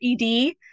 ED